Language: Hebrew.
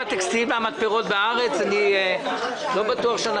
הישיבה ננעלה בשעה 13:42.